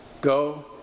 Go